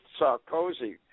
Sarkozy